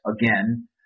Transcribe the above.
Again